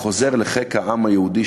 וחוזר לחיק העם היהודי,